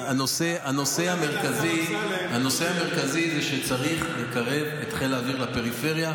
הנושא המרכזי זה שצריך לקרב את חיל האוויר לפריפריה,